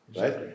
right